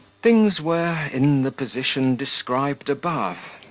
things were in the position described above